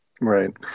Right